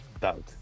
doubt